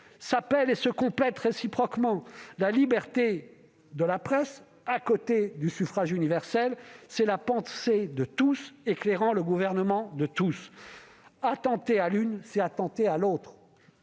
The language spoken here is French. s'appellent et se complètent réciproquement. La liberté de la presse à côté du suffrage universel, c'est la pensée de tous éclairant le gouvernement de tous. Attenter à l'une, c'est attenter à l'autre.